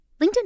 linkedin